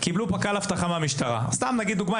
לדוגמה,